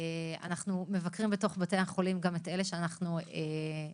אנחנו מבקרים בתוך בתי החולים גם את אלה שאנחנו עוזרים